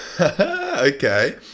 okay